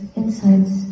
insights